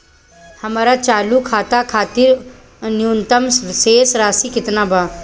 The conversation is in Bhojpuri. हमर चालू खाता खातिर न्यूनतम शेष राशि केतना बा?